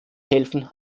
helfen